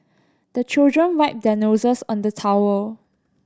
the children wipe their noses on the towel